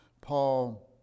Paul